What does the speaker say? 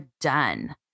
done